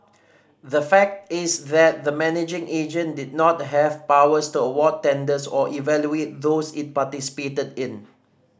the fact is that the managing agent did not have powers to award tenders or evaluate those it participated in